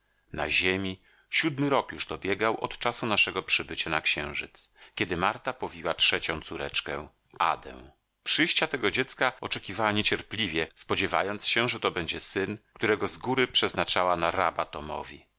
na ziemi siódmy rok już dobiegał od czasu naszego przybycia na księżyc kiedy marta powiła trzecią córeczkę adę przyjścia tego dziecka oczekiwała niecierpliwie spodziewając się że to będzie syn którego z góry przeznaczała na raba tomowi